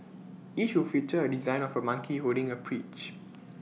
each will feature A design of A monkey holding A peach